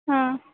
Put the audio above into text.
हां